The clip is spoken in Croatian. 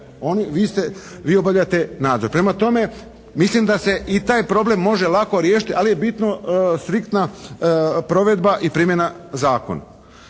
Vi obavljate nadzor. Prema tome, mislim da se i taj problem može lako riješiti ali je bitno striktna provedba i primjena zakona.